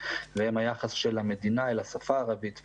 והם היחס של המדינה אל השפה הערבית,